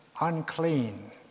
unclean